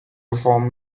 reform